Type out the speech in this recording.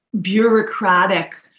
bureaucratic